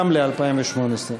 גם ל-2018.